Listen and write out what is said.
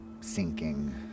sinking